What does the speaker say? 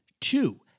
Two